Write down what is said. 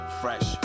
fresh